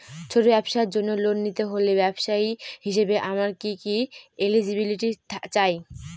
ছোট ব্যবসার জন্য লোন নিতে হলে ব্যবসায়ী হিসেবে আমার কি কি এলিজিবিলিটি চাই?